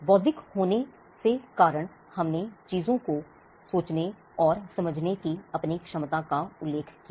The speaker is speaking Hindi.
बौद्धिक होने से कारण हमने चीजों को सोचने और समझने की अपनी क्षमता का उल्लेख किया